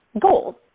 goals